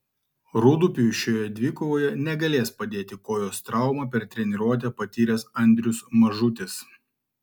rūdupiui šioje dvikovoje negalės padėti kojos traumą per treniruotę patyręs andrius mažutis